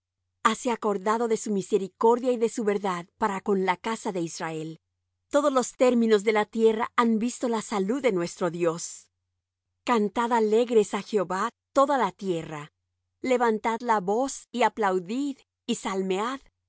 hase acordado de su misericordia y de su verdad para con la casa de israel todos los términos de la tierra han visto la salud de nuestro dios cantad alegres á jehová toda la tierra levantad la voz y aplaudid y salmead salmead á